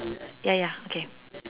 ya ya okay